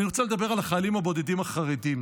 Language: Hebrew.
אני רוצה לדבר על החיילים הבודדים החרדים.